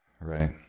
right